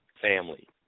family